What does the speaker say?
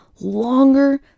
longer